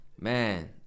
Man